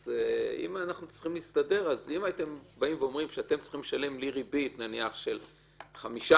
אז בטח שריבית הפיגורים מוסיפה